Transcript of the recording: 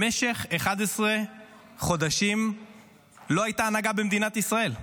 במשך 11 חודשים לא הייתה הנהגה במדינת ישראל.